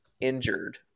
injured